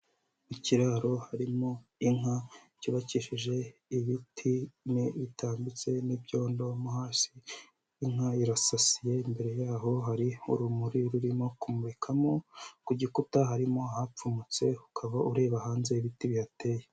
Ikiraro harimo inka, cyubakishije ibiti bitambitse n'ibyondo mo hasi, inka irasasiye, imbere yaho hari urumuri rurimo ku kumurikamo, ku gikuta harimo ahapfumutse, ukaba ureba hanze ibiti bihateye.